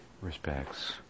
respects